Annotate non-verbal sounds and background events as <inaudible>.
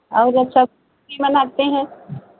और अच्छा <unintelligible> मनाते हैं